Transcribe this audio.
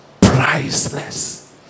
Priceless